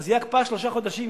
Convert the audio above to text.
אז תהיה הקפאה שלושה חודשים,